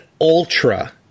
Ultra